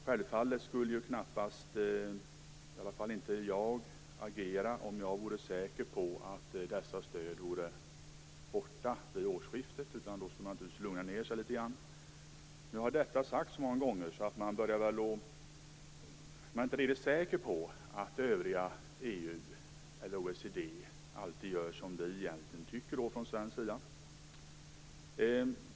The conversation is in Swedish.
Självfallet skulle åtminstone inte jag agera om jag vore säker på att dessa stöd vore borta vid årsskiftet. I så fall skulle jag naturligtvis lugna ned mig litet grand. Men detta har sagts så många gånger att man inte är riktigt säker på att övriga länder inom EU eller OECD alltid gör som vi från svensk sida tycker att de skall göra.